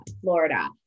Florida